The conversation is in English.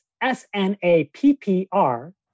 S-N-A-P-P-R